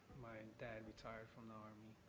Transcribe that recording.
my dad retired from the army.